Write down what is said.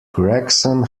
gregson